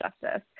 justice